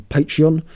Patreon